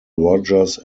rogers